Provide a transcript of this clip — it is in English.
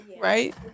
right